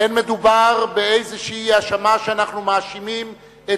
אין מדובר באיזו אשמה שאנחנו מאשימים בה